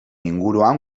inguruan